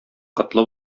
котлы